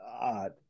God